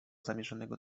zamierzonego